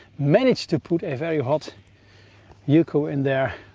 managed to put a very hot uco in there.